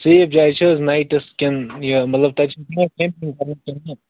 ٹھیٖک جاے چھےٚ حظ نایٹس کِنہٕ یہِ مطلب تَتہِ چھِ حظ موکہٕ کیٚمپِنٛگ کَرنس کِنہٕ نہٕ